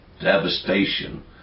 devastation